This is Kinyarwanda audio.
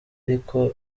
ariko